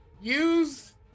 Use